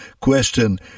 question